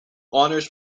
honours